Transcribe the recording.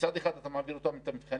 מצד אחד אתה מעביר אותם את המבחנים,